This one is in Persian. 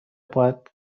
باید